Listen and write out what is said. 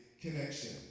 connection